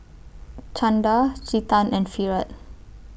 Chanda Chetan and Virat